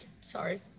Sorry